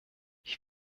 ich